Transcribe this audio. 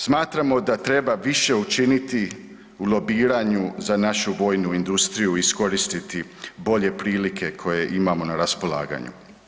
Smatramo da treba više učiniti u lobiranju za našu vojnu industriju i iskoristiti bolje prilike koje imamo na raspolaganju.